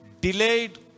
Delayed